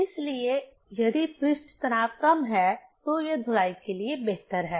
इसलिए यदि पृष्ठ तनाव कम है तो यह धुलाई के लिए बेहतर है